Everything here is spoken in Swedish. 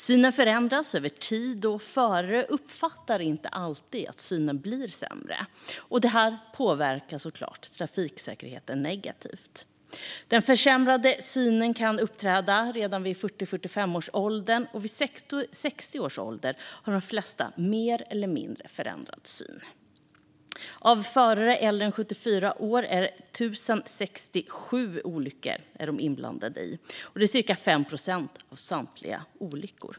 Synen förändras över tid, och förare uppfattar inte alltid att synen blir sämre, vilket såklart påverkar trafiksäkerheten negativt. Försämrad syn kan uppträda redan vid 40-45 års ålder, och vid 60 års ålder har de flesta mer eller mindre förändrad syn. Förare äldre än 74 år är inblandade i 1 067 olyckor inblandade. Det är cirka 5 procent av samtliga olyckor.